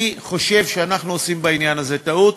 אני חושב שאנחנו עושים בעניין הזה טעות.